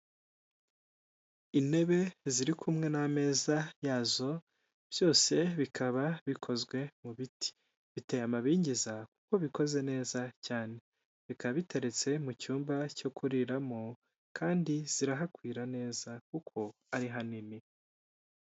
Intebe ziri kumwe n'ameza yazo byose bikaba bikozwe mu biti, biteye amabengeza kuko bikoze neza cyane, bikaba biteretse mu cyumba cyo kuriramo kandi zirahakwira neza kuko ari hanini.